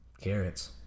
carrots